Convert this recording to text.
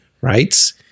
right